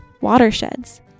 watersheds